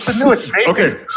Okay